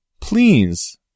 Please